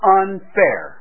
unfair